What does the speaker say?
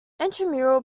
intramural